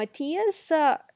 Matias